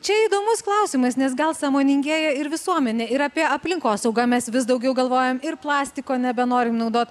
čia įdomus klausimas nes gal sąmoningėja ir visuomenė ir apie aplinkosaugą mes vis daugiau galvojam ir plastiko nebenorim naudot